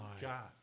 god